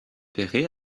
perret